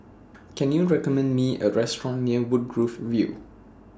Can YOU recommend Me A Restaurant near Woodgrove View